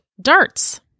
Darts